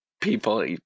people